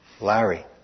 Larry